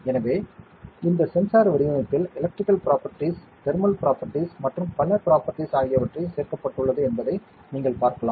எனவே இந்த சென்சார் வடிவமைப்பில் எலக்ட்ரிக்கல் பிராப்பர்டீஸ் தேர்மல் புரோபர்டீஸ் மற்றும் பல புரோபர்டீஸ் ஆகியவற்றை சேர்க்கப்பட்டுள்ளது என்பதை நீங்கள் பார்க்கலாம்